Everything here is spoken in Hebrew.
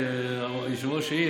היושב-ראש העיר,